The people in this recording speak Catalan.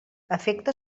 afecta